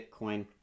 Bitcoin